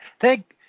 thank